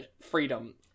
freedom